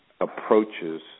approaches